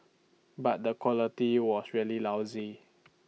but the quality was really lousy